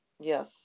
Yes